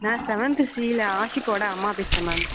நான் செவன்த்து சில ஆஷிக்கோட அம்மா பேசுகிறேன் மேம்